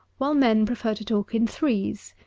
while men prefer to talk in three's.